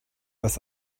das